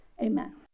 amen